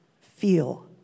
feel